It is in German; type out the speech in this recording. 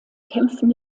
kämpfen